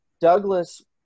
Douglas